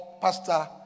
Pastor